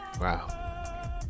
Wow